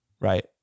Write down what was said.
Right